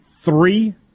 three